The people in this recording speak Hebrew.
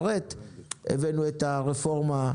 אלה ששלמות הממשלה בגרונם,